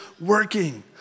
working